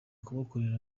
kubakorera